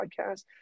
podcast